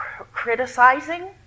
criticizing